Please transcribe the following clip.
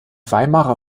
weimarer